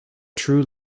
true